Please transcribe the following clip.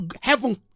heaven